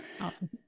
Awesome